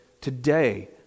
today